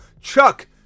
Chuck